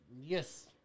Yes